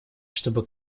чтобы